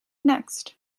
next